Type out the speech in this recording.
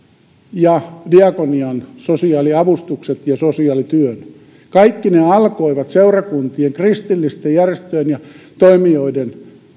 ja diakonian sosiaaliavustukset ja sosiaalityön kaikki ne alkoivat seurakuntien kristillisten järjestöjen ja toimijoiden